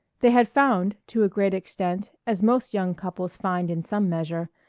they had found to a great extent, as most young couples find in some measure,